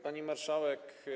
Pani Marszałek!